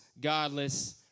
godless